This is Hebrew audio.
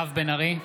(קורא בשמות חברי הכנסת) מירב בן ארי,